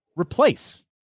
replace